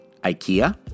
Ikea